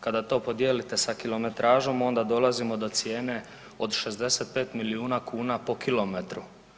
Kada to podijelite sa kilometražom onda dolazimo do cijene od 65 milijuna kuna po kilometru.